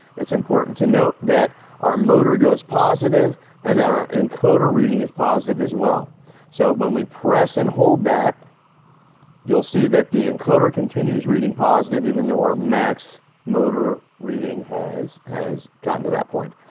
it's important to note that our motor goes positive and that our encoder reading is positive as well so when we press and hold that you'll see that the encoder continues reading positive even though our max motor reading has has gotten to that point.